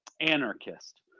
anarchist